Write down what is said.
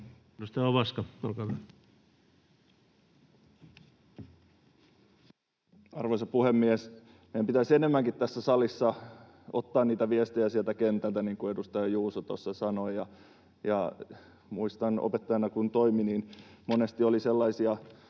Arvoisa puhemies! Meidän pitäisi enemmänkin tässä salissa ottaa viestejä sieltä kentältä, niin kuin edustaja Juuso sanoi. Muistan, kun opettajana toimin, niin monesti tuli mieleen